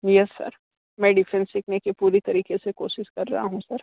yes sir मैं defence सीखने की पूरी तरीके से कोशिश कर रहा हूँ सर